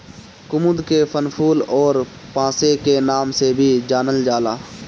कुमुद के वनफूल अउरी पांसे के नाम से भी जानल जाला